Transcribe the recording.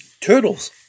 Turtles